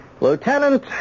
Lieutenant